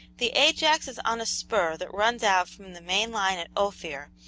the ajax is on a spur that runs out from the main line at ophir,